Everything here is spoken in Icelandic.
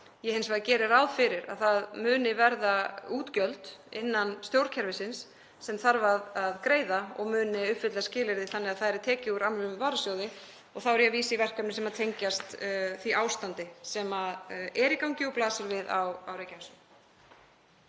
hins vegar ráð fyrir að það muni verða útgjöld innan stjórnkerfisins sem þarf að greiða og muni uppfylla skilyrði þannig að það yrði tekið úr almennum varasjóði. Þá er ég að vísa í verkefni sem tengjast því ástandi sem er í gangi og blasir við á Reykjanesinu.